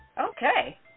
Okay